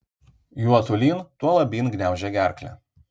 juo tolyn tuo labyn gniaužia gerklę